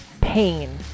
pain